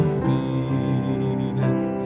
feedeth